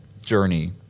journey